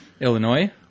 Illinois